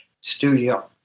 studio